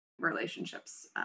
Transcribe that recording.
relationships